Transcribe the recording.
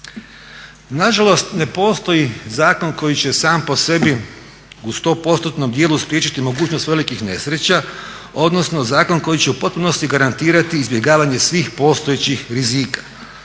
Nažalost ne postoji zakon koji će sam po sebi u 100%-tnom dijelu spriječiti mogućnost velikih nesreća, odnosno zakon koji će u potpunosti garantirati izbjegavanje svih postojećih rizika.